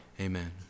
Amen